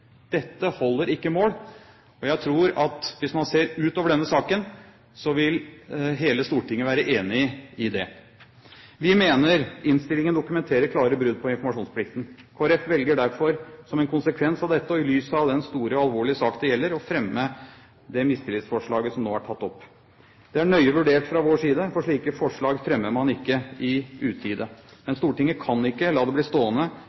Dette holder ikke mål, og jeg tror at hvis man ser utover denne saken, vil hele Stortinget være enig i det. Vi mener innstillingen dokumenterer klare brudd på informasjonsplikten. Kristelig Folkeparti velger derfor, som en konsekvens av dette og i lys av den store og alvorlige sak det gjelder, å fremme det mistillitsforslaget som nå er tatt opp. Det er nøye vurdert fra vår side, for slike forslag fremmer man ikke i utide. Men Stortinget kan ikke la bli stående